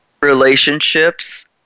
relationships